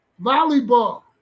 volleyball